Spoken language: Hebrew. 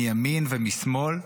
מימין ומשמאל,